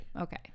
Okay